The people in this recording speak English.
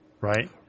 right